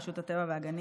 רשות הטבע והגנים.